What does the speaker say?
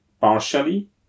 partially